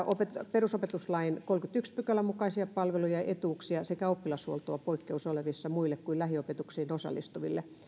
perusopetuslain kolmannenkymmenennenensimmäisen pykälän mukaisia palveluja etuuksia sekä oppilashuoltoa poikkeusoloissa muille kuin lähiopetukseen osallistuville